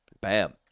Bam